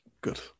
good